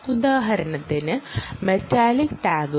ഉദാഹരണത്തിന് മെറ്റാലിക് ടാഗുകൾ